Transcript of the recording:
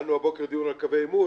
היה לנו הבוקר דיון על קווי עימות,